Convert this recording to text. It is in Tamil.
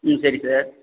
ம் சரி சார்